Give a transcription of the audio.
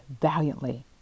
valiantly